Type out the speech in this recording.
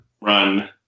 run